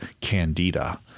Candida